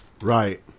Right